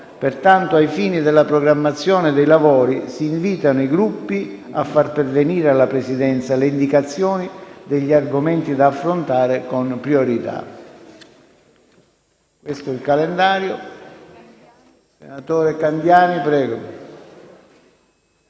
Pertanto, ai fini della programmazione dei lavori, si invitano i Gruppi a far pervenire alla Presidenza le indicazioni degli argomenti da affrontare con priorità.